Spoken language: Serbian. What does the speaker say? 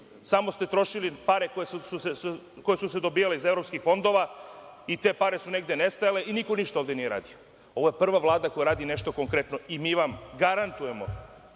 Samo ste trošili pare koje su se dobijale iz evropskih fondova i te pare su negde nestajale i niko ništa ovde nije radio. Ovo je prva Vlada koja radi nešto konkretno i mi vam garantujemo